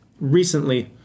recently